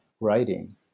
writing